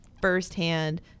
firsthand